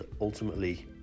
ultimately